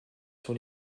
sur